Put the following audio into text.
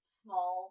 small